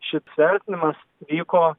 šitas vertinimas vyko